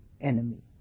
enemy